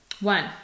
One